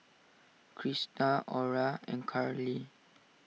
Christa Aura and Carlie